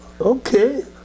Okay